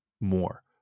more